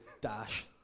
dash